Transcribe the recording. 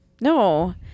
no